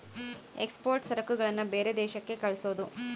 export ಸರಕುಗಳನ್ನ ಬೇರೆ ದೇಶಕ್ಕೆ ಕಳ್ಸೋದು